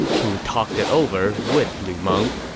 who talked it over with lu meng